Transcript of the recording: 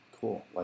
cool